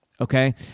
Okay